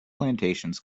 plantations